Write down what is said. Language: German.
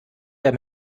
der